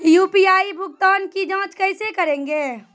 UPI भुगतान की जाँच कैसे करेंगे?